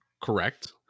Correct